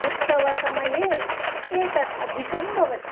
उत्सवसमये एतत् अधिकं भवति